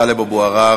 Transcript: טלב אבו עראר?